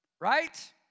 Right